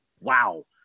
Wow